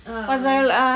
ah ah ah